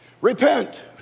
Repent